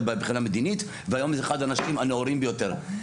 מבחינה מדינית והיום זה אחד האנשים הנאורים ביותר.